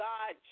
God